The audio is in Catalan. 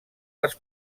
les